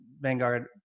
Vanguard